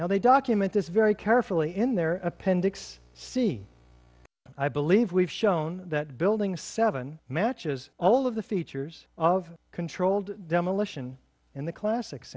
now they document this very carefully in their appendix c i believe we've shown that building seven matches all of the features of controlled demolition in the classic